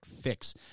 fix